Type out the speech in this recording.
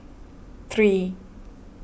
three